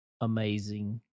Amazing